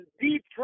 deep